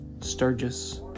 Sturgis